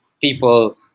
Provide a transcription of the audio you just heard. people